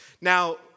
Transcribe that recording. Now